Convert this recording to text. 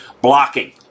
Blocking